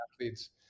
athletes